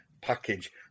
package